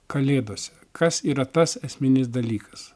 kalėdose kas yra tas esminis dalykas